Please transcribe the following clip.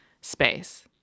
space